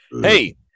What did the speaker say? Hey